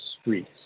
streets